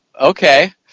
okay